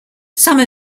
some